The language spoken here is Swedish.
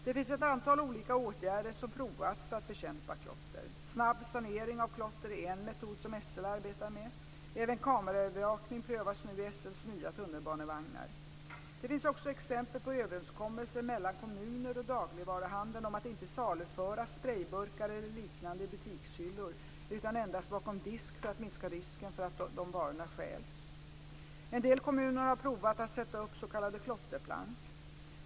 Det finns ett antal olika åtgärder som provats för att bekämpa klotter. Snabb sanering av klotter är en metod som SL arbetar med. Även kameraövervakning prövas nu i SL:s nya tunnelbanevagnar. Det finns också exempel på överenskommelser mellan kommuner och dagligvaruhandeln om att inte saluföra sprejburkar eller liknande i butikshyllor utan endast bakom disk, för att minska risken för att dessa varor stjäls. En del kommuner har provat att sätta upp s.k. klotterplank.